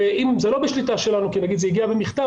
ואם זה לא בשליטה שלנו כי למשל זה הגיע במכתב,